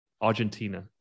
Argentina